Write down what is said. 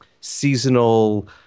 seasonal